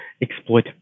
exploit